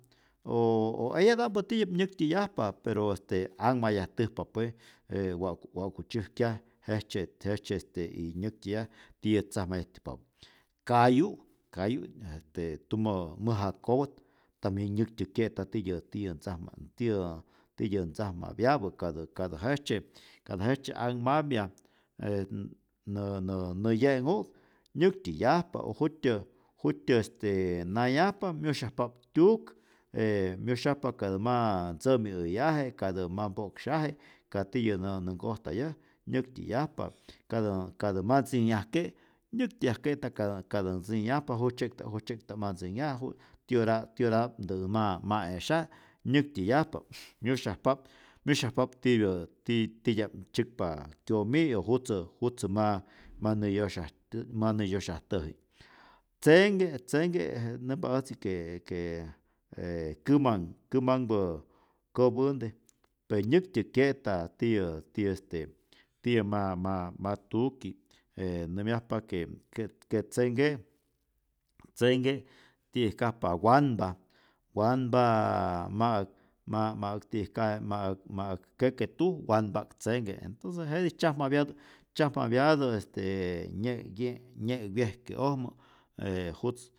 O o eyata'mpä tiyä nyäktyäyajpa pero este anhmayajtäjpa pue, e wa'ku wa'ku tzyäjkyaj jejtzye jejtzye este y nyäktyäyaj tiyä tzajmatyäjpapä, kayu' kayu tumä mäja kopät, tambien nyäktyäkye'ta tityä tiyä ntzajama tiyä tityä ntzajmapyapä, katä katä jejtzye katä jejtzye anhmapya e nä nä ye'nhu'k nyäktyäyajpa o jut'tyä jut'tya este nayajpa myusyajpa'p tyuk, e myusyajpa katä ma ntzämi'äyaje', katä ma mpo'ksyaje, katiyänatä nä nkojtayaj nyäktyäyajpa, katä katä ntzinyajke' nyäktyäyajke'ta katä katä ntzinyajpa, jujtzye'ta'p jujtzye'kta'p ma ntzinhyaj ju tiora' tioraktä ma ma e'sya' nyäktyäyajpa, myusyajpa'p myusyajpa'p tipyä titya'p tzäkpa kyomi' o jutzä jutzä ma ma näyosyaj tä' manäyosyajtäji, tzenhke tzenhke je nämpa äjtzi que que e käman kämanhpä kopänte, pe nyäktyäkye'ta tiyä tiyä este tiyä ma ma ma tuki, e nämyajpa que que tzenhke' tzenhke ti'yäjkajpa wanpa, wanpa ma'äk ma'äk ti'yäjkaje ma'äk ma'äk keke tuj wanpa'k tzenhke, entonce jetij tzyajmapyat tzyajmapyatä este nye' ye' nye' wyejke'ojmä ee jutz